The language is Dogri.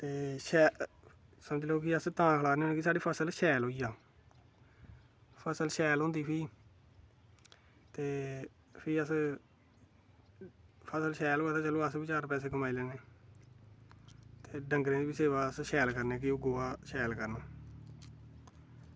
ते समझी लैओ कि अस तां खलारने होन्ने कि साढ़ी फसल शैल होई जा फसल शैल होंदी ते फ्ही अस फसल शैल होऐ ते चलो अस बी चार पैसे कमाई लैन्ने ते डंगरें दी बी सेवा शैल करने कि ओह् गोहा शैल करन